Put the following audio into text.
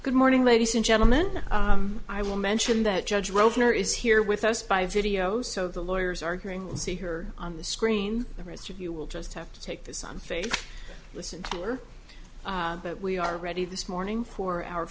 good morning ladies and gentlemen i will mention that judge rover is here with us by video so the lawyers arguing we'll see her on the screen the rest of you will just have to take this on face listen to her but we are ready this morning for our